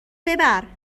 ببر